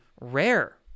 rare